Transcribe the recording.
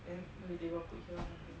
then maybe table put here or something